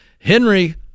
Henry